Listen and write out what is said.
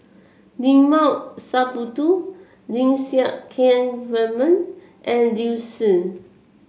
Limat Sabtu Lim Siang Keat Raymond and Liu Si